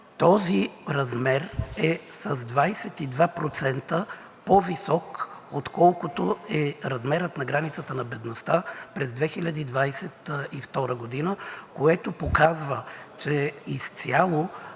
Този размер е с 22% по-висок, отколкото е размерът на границите на бедността през 2022 г., което показва, че изцяло